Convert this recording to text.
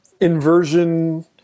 inversion